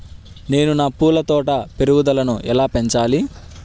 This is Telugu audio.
నేను నా పూల తోట పెరుగుదలను ఎలా పెంచాలి?